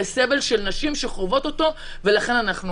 תודה.